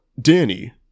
Danny